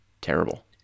terrible